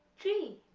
g,